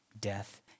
death